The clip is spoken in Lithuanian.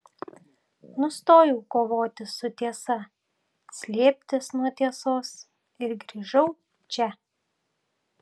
nustojau kovoti su tiesa slėptis nuo tiesos ir grįžau čia